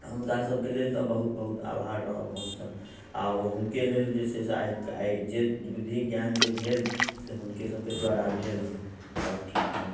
हुनका सबके लेल तऽ बहुत बहुत आभार रहब हमसब आ हुनके लेल जे छै से आइ जे बुद्धि ज्ञान जे भेल से हुनके सबके द्वारा भेल हँ आओर की कहब